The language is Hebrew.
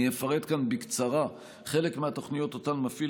אפרט כאן בקצרה חלק מהתוכניות שאותן מפעיל